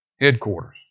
headquarters